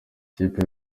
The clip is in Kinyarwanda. ikipe